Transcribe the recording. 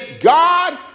God